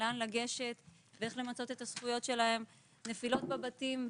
לאן לגשת ואיך למצות את הזכויות שלהם במקרים של נפילות בבתים,